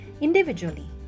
individually